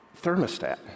thermostat